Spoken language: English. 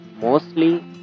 Mostly